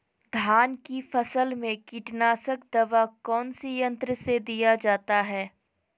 धान की फसल में कीटनाशक दवा कौन सी यंत्र से दिया जाता है?